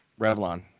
Revlon